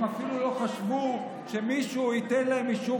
הם אפילו לא חשבו שמישהו ייתן להם אישור